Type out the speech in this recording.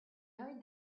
heard